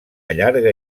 llarga